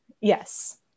Yes